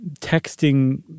texting